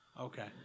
Okay